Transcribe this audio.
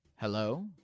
Hello